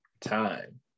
time